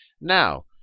Now